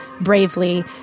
bravely